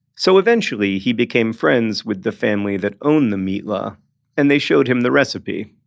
so eventually, he became friends with the family that owned the mitla and they showed him the recipe.